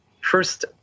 first